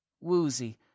woozy